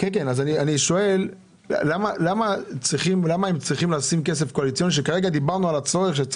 איפה אתה רואה כסף קואליציוני?